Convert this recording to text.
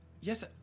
Yes